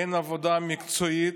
אין עבודה מקצועית.